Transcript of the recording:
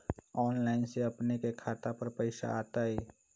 Online से अपने के खाता पर पैसा आ तई?